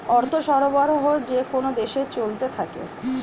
অর্থ সরবরাহ যেকোন দেশে চলতে থাকে